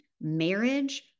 marriage